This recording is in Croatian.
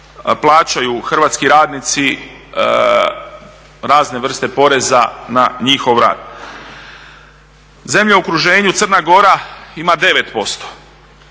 plaćaju hrvatski radnici razne vrste poreza na njihov rad. Zemlja u okruženju, Crna Gora ima 9%,